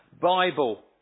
Bible